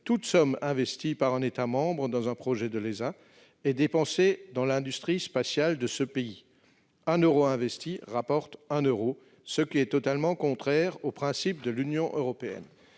toute somme investie par un État membre dans un projet de l'Agence est dépensée dans l'industrie spatiale de ce pays : 1 euro investi rapporte 1 euro. Ce fonctionnement est totalement contraire aux principes de l'Union européenne